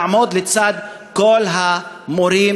לעמוד לצד כל המורים,